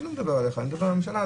אני לא מדבר עליך, אני מדבר על הממשלה.